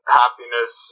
happiness